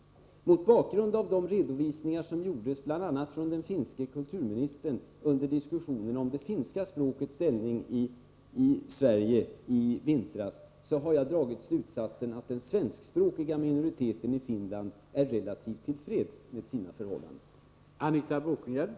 Mot bakgrund av de redovisningar som gjordes bl.a. från den finske kulturministern under diskussionen om det finska språkets ställning i Sverige i vintras, har jag dragit slutsatsen att den svenskspråkiga minoriteten i Finland är relativt till freds med sina förhållanden.